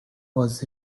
was